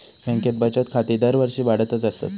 बँकेत बचत खाती दरवर्षी वाढतच आसत